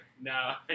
No